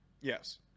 Yes